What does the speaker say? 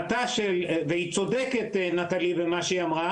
אתה לא רוצה, אני לא אדבר.